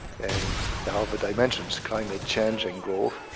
and now that i mention, climate change and growth,